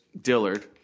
Dillard